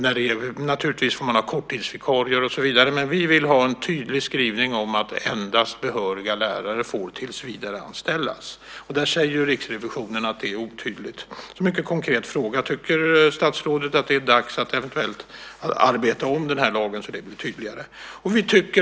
Naturligtvis får man anställa korttidsvikarier och så vidare. Men vi vill ha en tydlig skrivning om att endast behöriga lärare får tillsvidareanställas. Där säger ju Riksrevisionen att det är otydligt. En mycket konkret fråga: Tycker statsrådet att det är dags att eventuellt arbeta om lagen så att den blir tydligare?